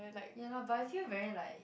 ya lah but I feel very like